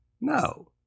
No